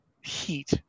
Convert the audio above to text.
heat